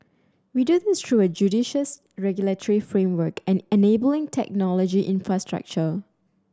we do this through a judicious regulatory framework and enabling technology infrastructure